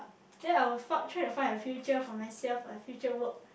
then I'll forge try to find a future for myself a future work